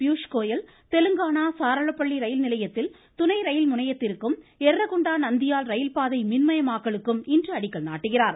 Piyush Goyal Telangana Charlapalli rail நிலையத்தில் துணை rail முனையத்திற்கும் ள்றகுண்டா நந்தியால் ரயில் பாதை மின்மயமாக்கலுக்கும் இன்று அடிக்கல் நாட்டுகிறார்